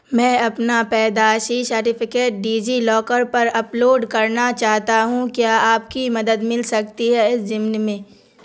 میں اپنا پیدائشی شرٹیفکیٹ ڈیجی لاکر پر اپلوڈ کرنا چاہتا ہوں کیا آپ کی مدد مل سکتی ہے اس ضمن میں